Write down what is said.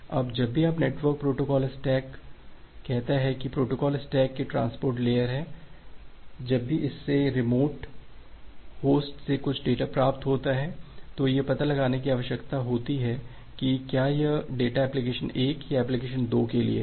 अब जब भी आपका नेटवर्क प्रोटोकॉल स्टैक कहता है कि यह प्रोटोकॉल स्टैक की ट्रांसपोर्ट लेयर है जब भी इसे रिमोट होस्ट से कुछ डेटा प्राप्त होता है तो यह पता लगाने की आवश्यकता होती है कि क्या यह डेटा एप्लिकेशन 1 या एप्लिकेशन 2 के लिए है